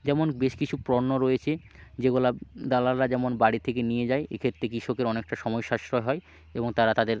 যেমন বেশ কিছু পণ্য রয়েছে যেগুলো দালালরা যেমন বাড়ি থেকে নিয়ে যায় এক্ষেত্রে কৃষকের অনেকটা সময় সাশ্রয় হয় এবং তারা তাদের